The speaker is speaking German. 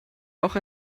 bauch